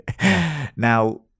now